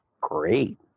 great